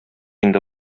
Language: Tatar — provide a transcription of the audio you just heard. инде